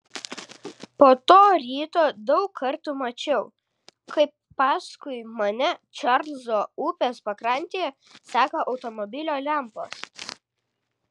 po to ryto daug kartų mačiau kaip paskui mane čarlzo upės pakrantėje seka automobilio lempos